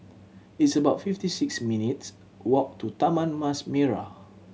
it's about fifty six minutes walk to Taman Mas Merah